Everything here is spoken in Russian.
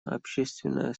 общественное